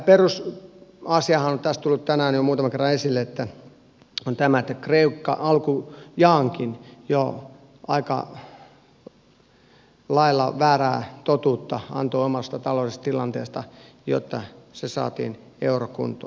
tämä perusasiahan on tullut tänään jo muutaman kerran esille että kreikka alkujaankin jo aika lailla väärää totuutta antoi omasta taloudellisesta tilanteestaan jotta se saatiin eurokuntoon